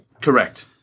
Correct